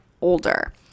older